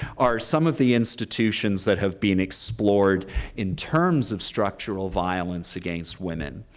are some of the institutions that have been explored in terms of structural violence against women.